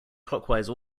clockwise